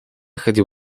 хотел